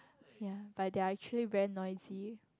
ya but they are actually very noisy